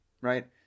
right